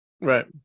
Right